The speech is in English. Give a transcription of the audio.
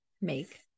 make